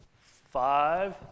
five